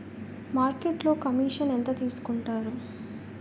మార్కెట్లో కమిషన్ ఎంత తీసుకొంటారు?